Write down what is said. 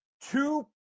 two